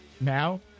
Now